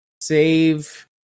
save